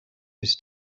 his